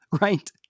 Right